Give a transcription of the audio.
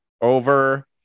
over